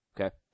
Okay